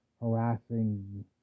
harassing